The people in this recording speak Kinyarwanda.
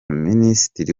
minisitiri